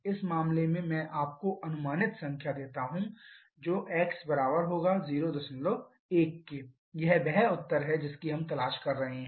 इस मामले में मैं आपको अनुमानित संख्या देता हूं x ≈ 01 यह वह उत्तर है जिसकी हम तलाश कर रहे हैं